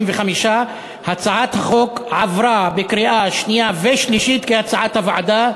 55. הצעת החוק עברה בקריאה שנייה ושלישית כהצעת הוועדה.